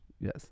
Yes